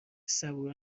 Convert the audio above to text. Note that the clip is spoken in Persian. صبور